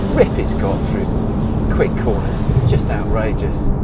grip it's got through quick corners is just outrageous.